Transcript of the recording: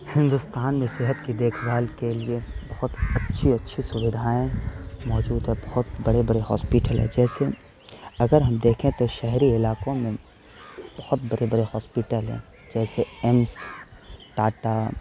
ہندوستان میں صحت کی دیکھ بھال کے لیے بہت اچھی اچھی سویدھائیں موجود ہے بہت بڑے بڑے ہاسپٹل ہے جیسے اگر ہم دیکھیں تو شہری علاقوں میں بہت بڑے بڑے پاسپٹل ہیں جیسے ایمس ٹاٹا